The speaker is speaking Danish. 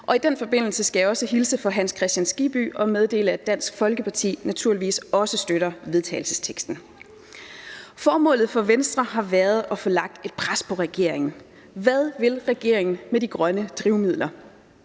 Og i den forbindelse skal jeg også hilse fra hr. Hans Kristian Skibby og meddele, at Dansk Folkeparti naturligvis også støtter forslaget til vedtagelse. Formålet for Venstre har været at få lagt et pres på regeringen. Hvad vil regeringen med de grønne drivmidler?